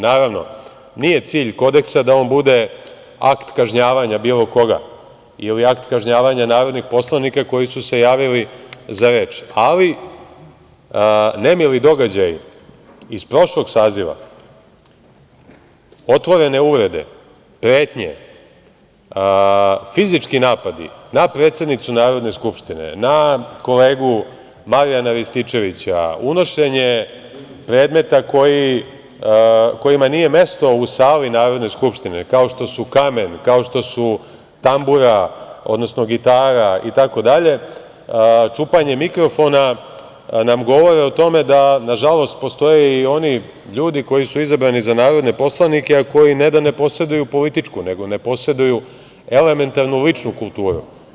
Naravno, nije cilj Kodeksa da on bude akt kažnjavanja bilo koga ili akt kažnjavanja Narodnih poslanika koji su se javili za reč, ali nemili događaji iz prošlog saziva, otvorene uvrede, pretnje, fizički napadi na predsednicu Narodne skupštine, na kolegu Marijana Rističevića, unošenje predmeta kojima nije mesto u sali Narodne skupštine, kao što su kamen, kao što su tambura, odnosno gitara itd, čupanje mikrofona, nam govore o tome da postoje i oni ljudi koji su izabrani za narodne poslanike, a koji ne da ne poseduju političku, nego ne poseduju elementarnu ličnu kulturu.